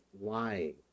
lying